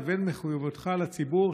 לבין מחויבותך לציבור",